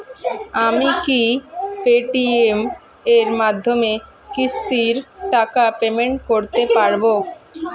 আমি কি Paytm এর মাধ্যমে কিস্তির টাকা পেমেন্ট করতে পারব?